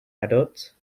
adults